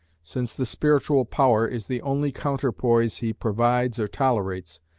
since the spiritual power is the only counterpoise he provides or tolerates,